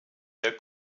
der